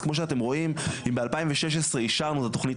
אז כמו שאתם רואים אם ב-2016 אישרנו את התוכנית